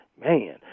Man